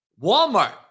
Walmart